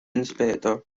inspector